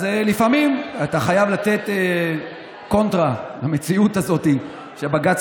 אז לפעמים אתה חייב לתת קונטרה למציאות הזאת שבג"ץ